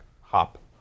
hop